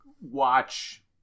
watch